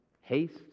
haste